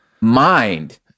mind